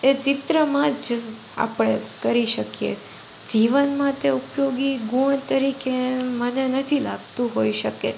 એ ચિત્રમાં જ આપણે કરી શકીએ જીવનમાં તે ઉપયોગી ગુણ તરીકે મને નથી લાગતું હોઇ શકે